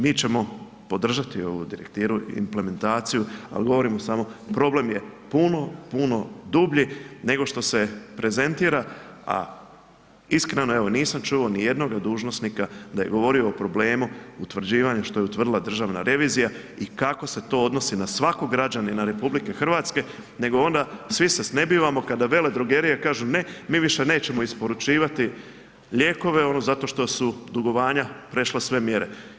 Mi ćemo podržati ovu direktivu i implementaciju, al govorimo samo problem je puno, puno dublji nego što se prezentira a iskreno evo nisam čuo nijednoga dužnosnika da je govorio o problemu utvrđivanja što je utvrdila Državna revizija i kako se to odnosi na svakog građanina RH nego onda svi se snebivamo kada veledrogerije kažu ne mi više nećemo isporučivati lijekove ono zato što su dugovanja prešla sve mjere.